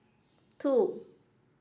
two